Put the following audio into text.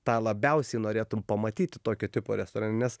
tą labiausiai norėtum pamatyti tokio tipo restorane